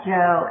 Joe